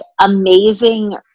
amazing